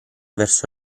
verso